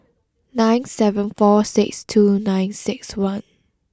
nine seven four six two nine six one